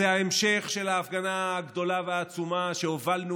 זה ההמשך של ההפגנה הגדולה והעצומה שהובלנו,